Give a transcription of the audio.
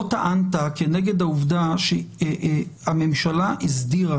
לא טענת כנגד העובדה שהממשלה הסדירה